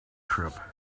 trip